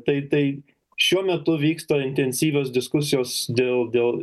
tai tai šiuo metu vyksta intensyvios diskusijos dėl dėl